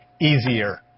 easier